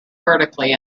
vertically